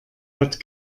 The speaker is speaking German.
hat